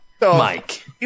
Mike